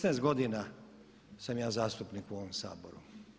16 godina sam ja zastupnik u ovom Saboru.